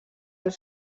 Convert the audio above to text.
els